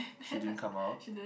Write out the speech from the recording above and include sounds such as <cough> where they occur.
<breath> she didn't come out